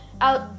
out